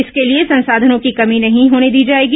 इसके लिए संसाधनों की कमी नहीं होने दी जाएगी